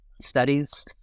studies